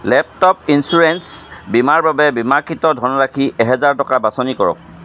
laptop insurance বীমাৰ বাবে বীমাকৃত ধনৰাশি এহাজাৰ টকা বাছনি কৰক